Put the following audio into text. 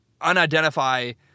unidentify